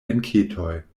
enketoj